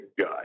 guy